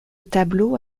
tableau